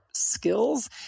skills